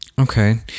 Okay